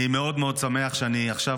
אני שמח מאוד שאני עכשיו,